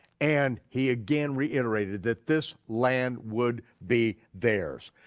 and he again reiterated that this land would be theirs.